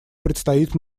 предстоит